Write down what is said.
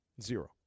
Zero